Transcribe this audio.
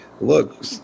Look